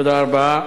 תודה רבה.